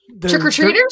Trick-or-treaters